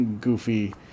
goofy